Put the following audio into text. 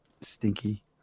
stinky